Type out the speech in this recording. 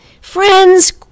friends